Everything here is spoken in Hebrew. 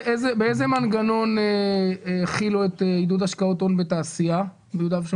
באיזה מנגנון החילו את עידוד השקעות הון בתעשייה ביהודה ושומרון?